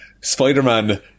Spider-Man